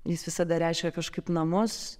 jis visada reiškė kažkaip namus